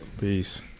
Peace